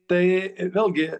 tai vėlgi